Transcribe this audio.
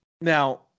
now